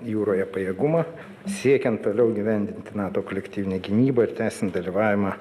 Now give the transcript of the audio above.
jūroje pajėgumą siekiant toliau įgyvendinti nato kolektyvinę gynybą ir tęsiant dalyvavimą